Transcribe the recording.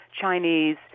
Chinese